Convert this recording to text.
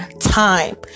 time